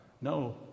No